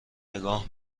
نگاه